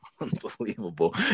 Unbelievable